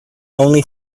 only